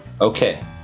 Okay